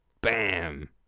Bam